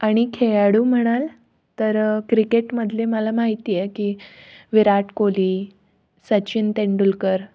आणि खेळाडू म्हणाल तर क्रिकेटमधले मला माहिती आहे की विराट कोहली सचिन तेंडुलकर